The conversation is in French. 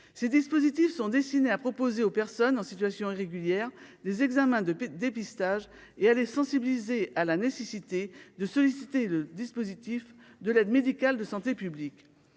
ces dispositifs sont destinées à proposer aux personnes en situation irrégulière, des examens de dépistage et à les sensibiliser à la nécessité de solliciter le dispositif de l'aide médicale de santé publique,